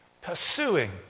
pursuing